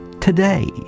today